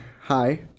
hi